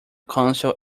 console